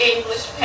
English